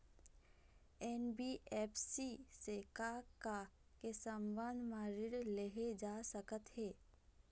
NBFC से का का के संबंध म ऋण लेहे जा सकत हे?